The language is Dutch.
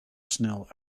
snel